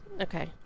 Okay